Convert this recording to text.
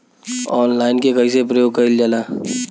Online के कइसे प्रयोग कइल जाला?